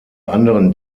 anderen